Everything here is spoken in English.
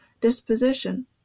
disposition